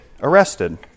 arrested